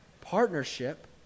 Partnership